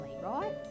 right